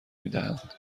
میدهند